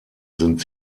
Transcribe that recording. sind